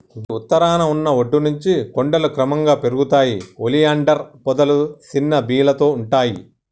గీ ఉత్తరాన ఉన్న ఒడ్డు నుంచి కొండలు క్రమంగా పెరుగుతాయి ఒలియాండర్ పొదలు సిన్న బీలతో ఉంటాయి